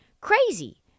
Crazy